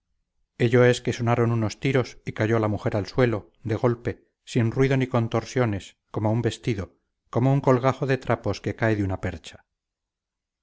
impuso ello es que sonaron los tiros y cayó la mujer al suelo de golpe sin ruido ni contorsiones como un vestido como un colgajo de trapos que cae de una percha